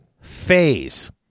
phase